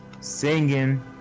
singing